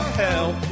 help